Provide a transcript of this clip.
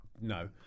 no